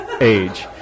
age